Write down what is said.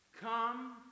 Come